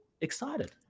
excited